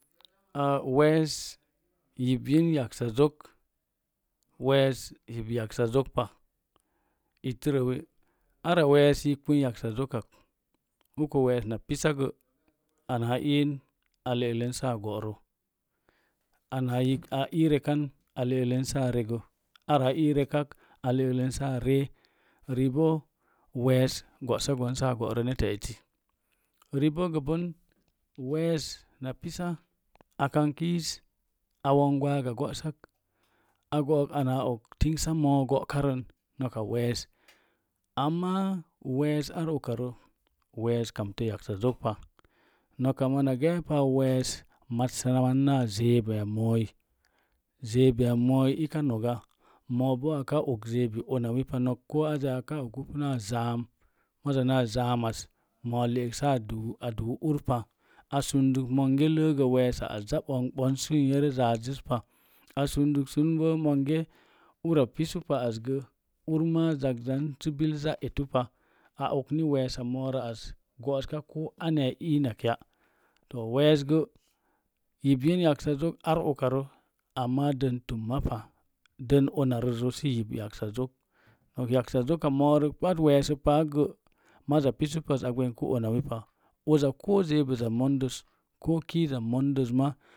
Aa wees yibyin yaksazok yees yib yaksa zok pa ittərəwi ara wees sə yibin yaksazokak uko wees na pisa gə anaa a iin a le'len saa go'ra ana yik a aii rekan a le'eklen saa regə ara a ii rekak a le'len sa ree ribo wees go'sa gon saa go'rə neta eti riboo gəbən wees na pisa a kank kiis a womb gwaaga go'sak a go'ok ana a og tingsa moo go'karən noka wees amma wees ar ukarə wees kamtə yaksazokpa noka mona geepa wees massaman naa zeebi mooi zeebimooi ika noga moo bo aka og zeebi onawin pa nok a ogi pu na zaam mazza naa zaam as moo a le'ek saa duu urpa a sunduk monge ləəgə weesa as zaa ɓomɓon sə n yerə zazzəs pa a sunduksunbo monge ura pisu pa asgə urmaa zakzan sə bil zaa itupa a ok ni weesa moorə as go'ska ko anmi a innak ya to wees gə yibyin yaksazok nok yaksa zoka moorək pat weesə paa gə mazza pisu pas a gwengku unanipa uza ko zeebəza mondəs ko kiiza mondəs ma.